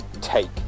take